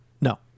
no